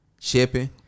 shipping